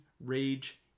rage